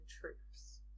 troops